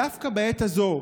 דווקא בעת הזו,